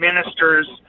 ministers